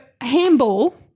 handball